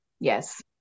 Yes